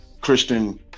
Christian